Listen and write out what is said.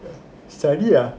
study ah